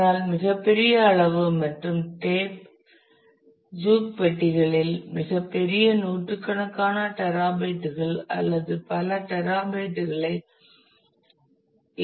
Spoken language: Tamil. ஆனால் மிகப் பெரிய அளவு மற்றும் டேப் ஜூக் பெட்டிகளில் மிகப் பெரிய நூற்றுக்கணக்கான டெராபைட்டுகள் அல்லது பல பெட்டாபைட்டுகளை இருக்கும்